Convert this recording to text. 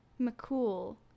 McCool